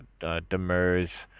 Demers